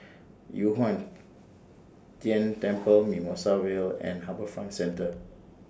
Yu Huang Tian Temple Mimosa Vale and HarbourFront Centre